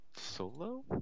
solo